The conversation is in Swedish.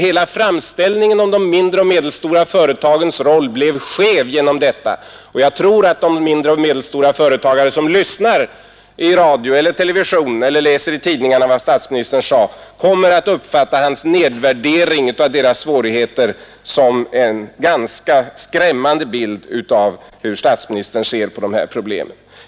Hela framställningen om de mindre och medelstora företagens roll blev skev genom detta, och jag tror att de mindre och medelstora företagare som lyssnar i radio eller television eller läser i tidningarna vad statsministern sade uppfattar hans nedvärdering av deras svårigheter som en ganska skrämmande bild av hur statsministern ser på de här problemen.